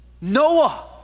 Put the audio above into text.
Noah